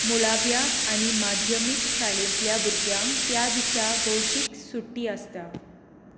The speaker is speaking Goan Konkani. मुळाव्या आनी माध्यमीक शाळेंतल्या भुरग्यांक त्या दिसा भौशीक सुटी आसता